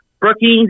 Brookings